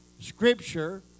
scripture